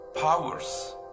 powers